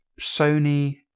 Sony